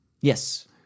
Yes